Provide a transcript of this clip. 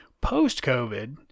Post-COVID